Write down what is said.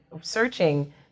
searching